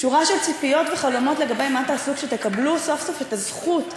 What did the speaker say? שורה של ציפיות וחלומות לגבי מה תעשו כשתקבלו סוף-סוף את הזכות,